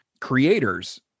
creators